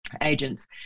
agents